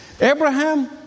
Abraham